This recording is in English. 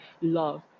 love